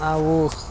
ನಾವು